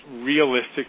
realistic